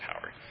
power